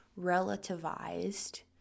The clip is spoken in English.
relativized